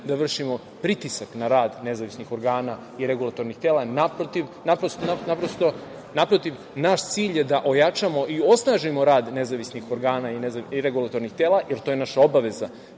da vršimo pritisak na rad nezavisnih organa i regulatornih tela. Naprotiv, naš cilj je da ojačamo i osnažimo rad nezavisnih organa i regulatornih tela, jer to je naša obaveza